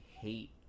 hate